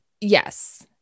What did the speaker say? yes